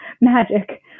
magic